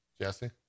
Jesse